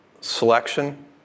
selection